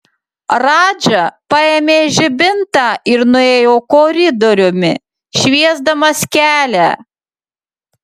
radža paėmė žibintą ir nuėjo koridoriumi šviesdamas kelią